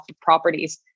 properties